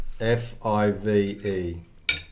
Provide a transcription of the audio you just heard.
F-I-V-E